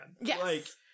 yes